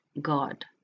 God